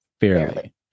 Fairly